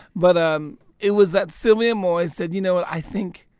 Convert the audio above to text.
but um it was that sylvia moy said, you know what? i think